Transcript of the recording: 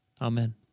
Amen